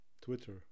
twitter